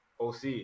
OC